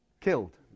Killed